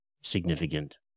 significant